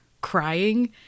crying